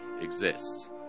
exist